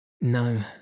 No